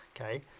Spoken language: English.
Okay